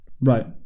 right